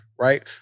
right